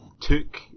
took